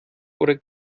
oder